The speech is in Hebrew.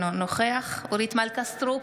אינו נוכח אורית מלכה סטרוק,